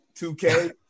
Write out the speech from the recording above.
2K